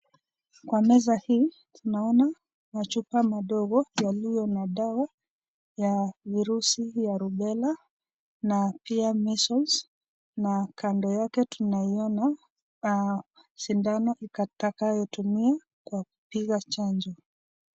Kwa meza hii tunaona machuoa mandogo walio na dawa ya viruzi ya rubela na pia muscle na kando yake tunaiona sindani itakayotumia kwa kupika chanjo.